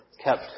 Kept